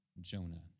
Jonah